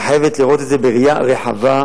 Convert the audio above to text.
הן חייבות לראות את זה בראייה רחבה,